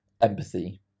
empathy